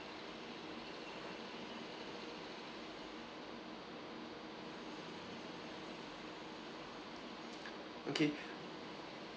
okay